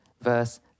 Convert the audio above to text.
verse